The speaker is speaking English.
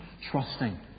trusting